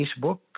Facebook